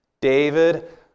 David